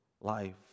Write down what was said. life